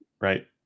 right